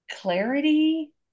Clarity